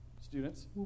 students